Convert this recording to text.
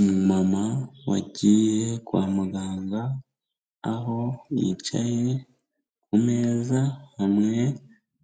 Umumama wagiye kwa muganga, aho yicaye ku meza hamwe